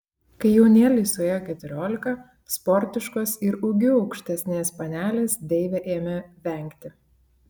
kai jaunėlei suėjo keturiolika sportiškos ir ūgiu aukštesnės panelės deivė ėmė vengti